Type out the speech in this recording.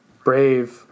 Brave